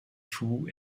fous